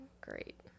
Great